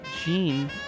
Gene